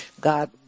God